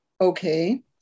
Okay